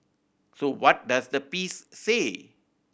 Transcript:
so what does the piece say